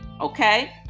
okay